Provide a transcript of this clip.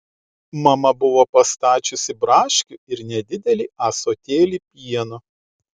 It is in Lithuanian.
mama buvo pastačiusi braškių ir nedidelį ąsotėlį pieno